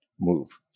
move